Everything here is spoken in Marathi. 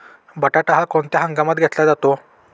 वाटाणा हा कोणत्या हंगामात घेतला जातो?